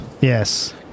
Yes